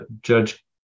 Judge